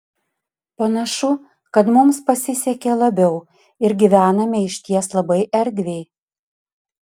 panašu kad mums pasisekė labiau ir gyvename išties labai erdviai